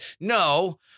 No